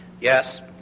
Yes